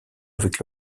avec